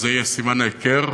וזה יהיה סימן ההיכר